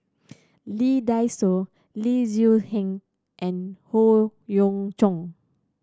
Lee Dai Soh Lee Tzu Pheng and Howe Yoon Chong